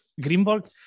Greenberg